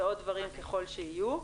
ועוד דברים, ככל שיהיו.